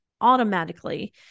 automatically